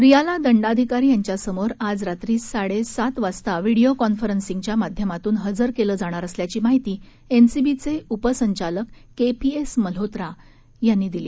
रियाला दंडाधिकारी यांच्यासमोर आज रात्री साडेसात वाजता व्हिडियो कॉन्फरन्सिंगच्या माध्यमातून हजर केलं जाणार असल्याची माहिती एनसीबीचे उपसंचालक केपीएस मल्होत्रा यांनी दिली